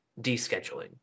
descheduling